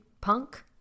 Punk